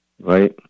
right